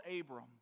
Abram